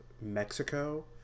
mexico